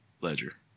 ledger